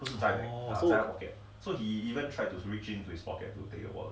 oh so